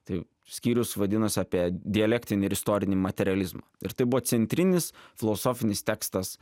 tai skyrius vadinosi apie dialektinį ir istorinį materializmą ir tai buvo centrinis filosofinis tekstas